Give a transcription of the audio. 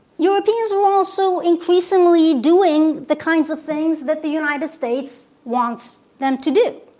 europeans are also increasingly doing the kinds of things that the united states wants them to do.